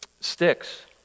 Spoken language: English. sticks